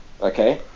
Okay